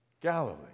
Galilee